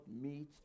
meat